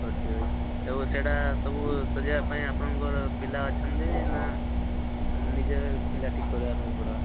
ହେଉ ଠିକ ଅଛି ସବୁ ସେହିଟା ସବୁ ସଜାଇବା ପାଇଁ ଆପଣଙ୍କର ପିଲା ଅଛନ୍ତି ନା ନିଜେ ପିଲା ଠିକ କରିବା ପାଇଁ ପଡ଼ବା